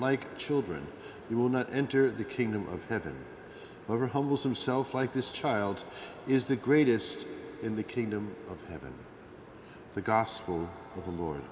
like children you will not enter the kingdom of heaven over humbles himself like this child is the greatest in the kingdom of heaven the gospel